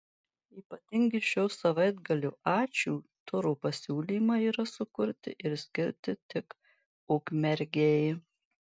ypatingi šio savaitgalio ačiū turo pasiūlymai yra sukurti ir skirti tik ukmergei